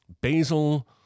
basil